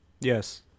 Yes